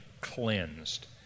cleansed